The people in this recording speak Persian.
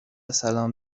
سلام